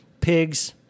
pigs